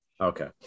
Okay